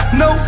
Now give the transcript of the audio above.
no